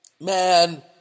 man